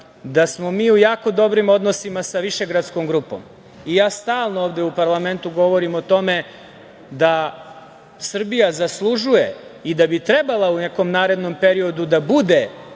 da smo mi u jako dobrim odnosima sa Višegradskom grupom. Stalno ovde u parlamentu govorim o tome da Srbija zaslužuje i da bi trebala u nekom narednom periodu da bude